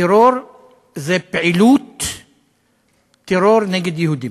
טרור זה פעילות טרור נגד יהודים.